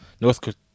North